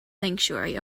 sanctuary